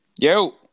Yo